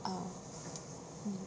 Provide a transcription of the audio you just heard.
ah mm